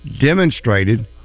demonstrated